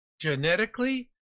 genetically